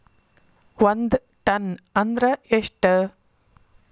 ಒಂದ್ ಟನ್ ಅಂದ್ರ ಎಷ್ಟ?